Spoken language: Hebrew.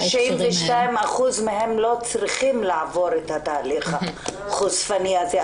92% מהם לא צריכים לעבור את התהליך החושפני הזה.